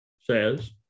says